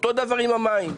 אותו דבר עם המים.